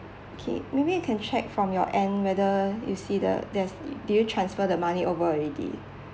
okay maybe you can check from your end whether you see the there's do you transfer the money over already